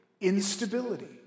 Instability